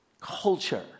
culture